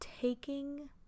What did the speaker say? taking